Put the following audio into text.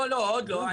לא, עוד לא, עוד לא.